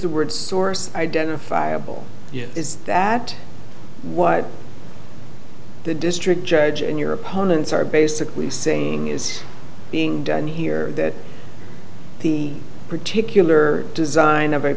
the word source identifiable is that what the district judge in your opponents are basically saying is being done here that the particular design